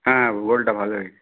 হ্যাঁ ভূগোলটা ভালো হয়েছে